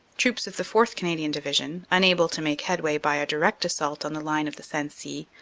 troops of the fourth. canadian division, unable to make headway by a direct assault on the line of the sensee,